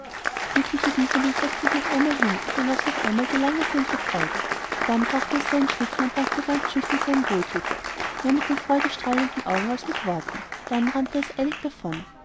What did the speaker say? glückliche wiseli setzte sich noch einmal hin und genoß noch einmal die langersehnte freude dann brachte es seinen schlitten und dankte ganz schüchtern seinem wohltäter mehr mit den freudestrahlenden augen als mit worten dann rannte es eilig davon